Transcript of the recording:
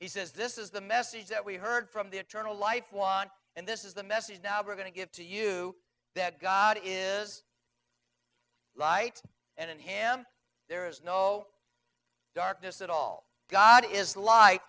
he says this is the message that we heard from the eternal life one and this is the message now going to give to you that god is light and in him there is no darkness at all god is li